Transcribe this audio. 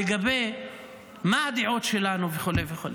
לגבי מה הדעות שלנו וכו' וכו'.